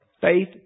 faith